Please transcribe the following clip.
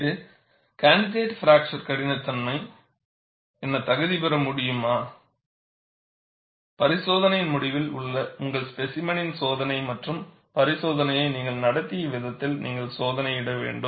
இந்த candidate fracture கடினத்தன்மை fracture கடினத்தன்மை என தகுதிபெற முடியுமா பரிசோதனையின் முடிவில் உங்கள் ஸ்பேசிமெனின் சோதனை மற்றும் பரிசோதனையை நீங்கள் நடத்திய விதத்தில் நீங்கள் சோதனையிட வேண்டும்